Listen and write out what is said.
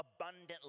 abundant